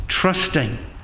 trusting